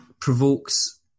provokes